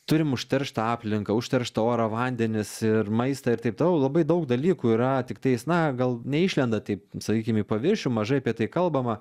turim užterštą aplinką užterštą orą vandenis ir maistą ir taip toliau labai daug dalykų yra tiktais na gal neišlenda taip sakykim į paviršių mažai apie tai kalbama